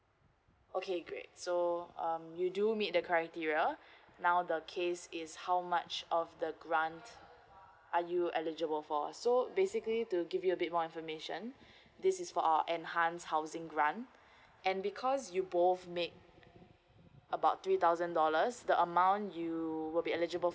okay great so um you do meet the criteria now the case is how much of the grant are you eligible for so basically to give you a bit more information this is for our enhance housing grant and because you both make about three thousand dollars the amount you will be eligible